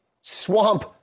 swamp